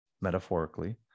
metaphorically